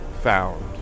found